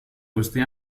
queste